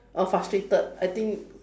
oh frustrated I think